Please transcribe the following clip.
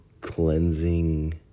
cleansing